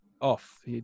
off